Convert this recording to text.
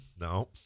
No